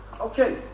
okay